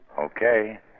Okay